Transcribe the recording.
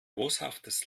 boshaftes